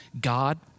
God